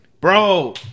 bro